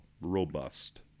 robust